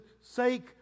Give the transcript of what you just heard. sake